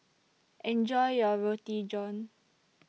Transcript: Enjoy your Roti John